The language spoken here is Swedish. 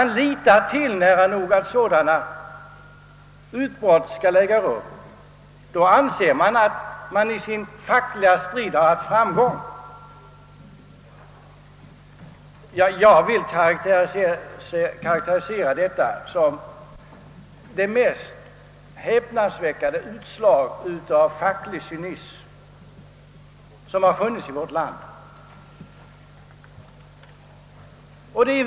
Lärarna litar nära nog till att sådana utbrott skall äga rum. Då anser de att de i sin fackliga strid har haft fram gång. Jag vill beteckna detta som det mest häpnadsväckande utslag av facklig cynism som har förekommit i vårt land.